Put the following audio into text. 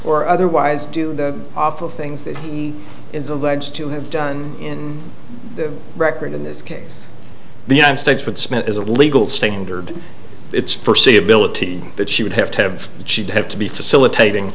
or otherwise do the awful things that he is alleged to have done in the record in this case the united states but smith as a legal standard it's per se ability that she would have to have she'd have to be facilitating